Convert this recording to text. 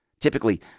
typically